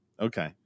okay